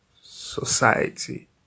society